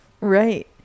Right